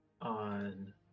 on